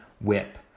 whip